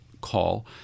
call